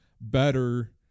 better